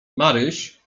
maryś